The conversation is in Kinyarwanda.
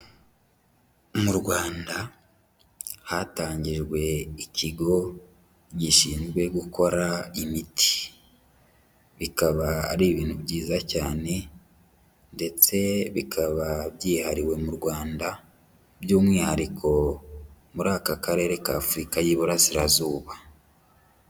Mu Rwanda hatangijwe ikigo gishinzwe gukora imiti, bikaba ari ibintu byiza cyane ndetse bikaba byihariwe mu Rwanda by'umwihariko muri aka Karere k'Afurika y'Iburasirazuba.